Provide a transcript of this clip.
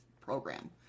Program